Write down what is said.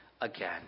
again